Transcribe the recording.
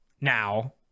now